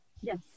Yes